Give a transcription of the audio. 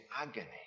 agony